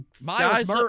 Miles